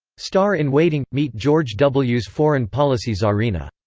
star-in-waiting meet george w s foreign-policy czarina.